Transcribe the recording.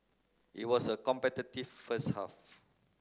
it was a competitive first half